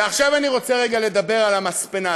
ועכשיו אני רוצה רגע לדבר על המספנה.